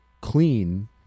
clean